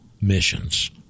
missions